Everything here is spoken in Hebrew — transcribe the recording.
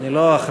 אני קובע